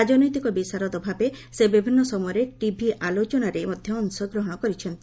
ରାଜନୈତିକ ବିଷାରଦ ଭାବେ ସେ ବିଭିନ୍ ସମୟରେ ଟିଭି ଆଲୋଚନାରେ ମଧ୍ୟ ଅଂଶଗ୍ରହଶ କରିଛନ୍ତି